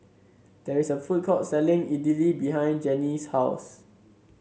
there is a food court selling Idili behind Genie's house